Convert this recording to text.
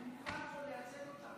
אני מוכן לייצג אותם